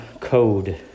code